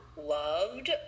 loved